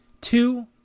Two